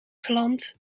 geland